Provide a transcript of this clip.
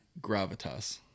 gravitas